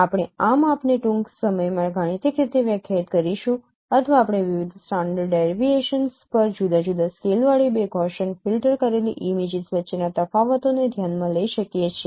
આપણે આ માપને ટૂંક સમયમાં ગાણિતિક રીતે વ્યાખ્યાયિત કરીશું અથવા આપણે વિવિધ સ્ટાન્ડર્ડ ડેવીએશન્સ પર જુદા જુદા સ્કેલવાળી બે ગૌસિયન ફિલ્ટર કરેલી ઇમેજીસ વચ્ચેના તફાવતોને ધ્યાનમાં લઈ શકીએ છીએ